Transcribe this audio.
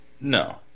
No